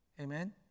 Amen